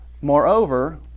Moreover